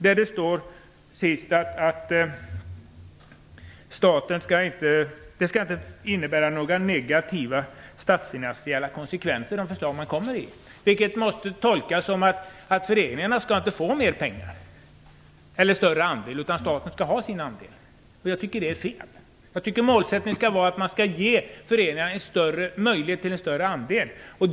I slutet står det att de förslag man kommer med inte skall innebära några negativa statsfinansiella konsekvenser. Det måste tolkas så att föreningarna inte skall få mera pengar eller en större andel, utan staten skall ha sin andel. Det tycker jag är fel. Jag tycker att målsättningen skall vara att ge föreningarna möjlighet till en större andel.